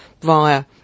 via